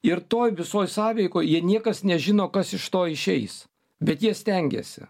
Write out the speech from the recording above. ir toj visoj sąveikoj jie niekas nežino kas iš to išeis bet jie stengiasi